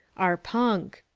are punk.